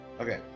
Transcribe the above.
Okay